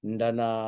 Ndana